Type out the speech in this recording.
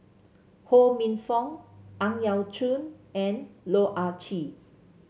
Ho Minfong Ang Yau Choon and Loh Ah Chee